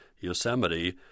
Yosemite